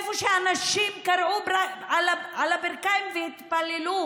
איפה שאנשים כרעו על הברכיים והתפללו